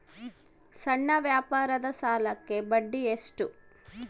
ಸಣ್ಣ ವ್ಯಾಪಾರದ ಸಾಲಕ್ಕೆ ಬಡ್ಡಿ ಎಷ್ಟು?